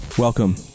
Welcome